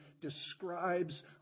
describes